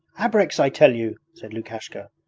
abreks, i tell you said lukashka.